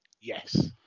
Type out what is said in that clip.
Yes